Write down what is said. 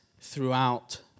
throughout